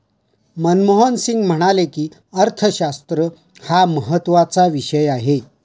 मनमोहन सिंग म्हणाले की, अर्थशास्त्र हा महत्त्वाचा विषय आहे